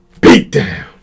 beatdown